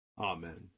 Amen